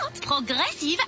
progressive